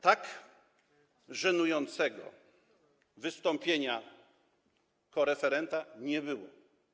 Tak żenującego wystąpienia koreferenta nie było.